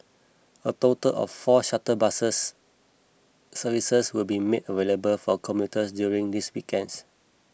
a total of four shuttle bus services will be made available for commuters during these weekends